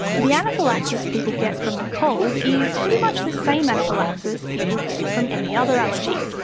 the anaphylaxis people get from the cold is pretty much the same anaphylaxis people get from any other allergy.